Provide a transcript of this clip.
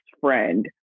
friend